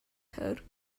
code